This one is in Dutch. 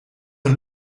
een